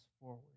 forward